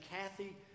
Kathy